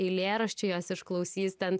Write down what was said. eilėraščiai juos išklausys ten